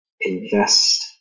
invest